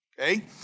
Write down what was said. okay